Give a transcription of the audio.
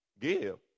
Give